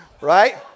right